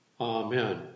Amen